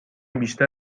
بیشتر